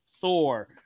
Thor